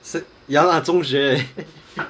是 ya lah 中学